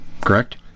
Correct